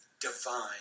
Divine